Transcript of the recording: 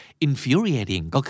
infuriating